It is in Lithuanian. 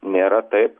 nėra taip